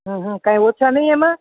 કાંઈ ઓછા નહીં એમાં